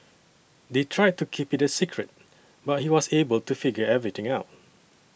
they tried to keep it a secret but he was able to figure everything out